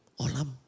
Olam